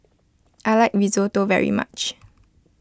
I like Risotto very much